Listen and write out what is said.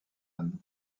anne